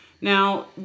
Now